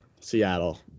Seattle